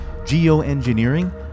Geoengineering